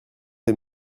des